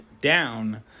down